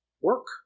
work